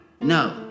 No